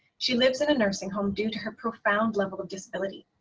she lives in a nursing home due to her profound level of disability.